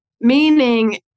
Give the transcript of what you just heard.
meaning